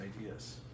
ideas